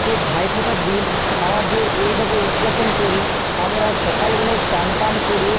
সেই ভাই ফোঁটার দিন আমাদের এইভাবে উদ্যাপন করি আমরা সকাল বেলায় চান টান করে